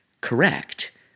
correct